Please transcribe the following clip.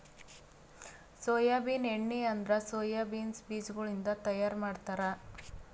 soybean ಎಣ್ಣಿ ಅಂದುರ್ soya beans ಬೀಜಗೊಳಿಂದ್ ತೈಯಾರ್ ಮಾಡ್ತಾರ